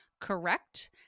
correct